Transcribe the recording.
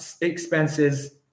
expenses –